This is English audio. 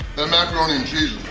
that macaroni and